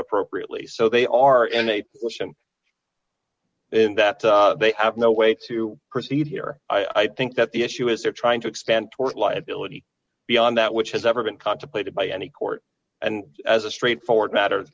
appropriately so they are in a position in that they have no way to proceed here i think that the issue is they're trying to expand tort liability beyond that which has never been contemplated by any court and as a straightforward matter